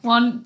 One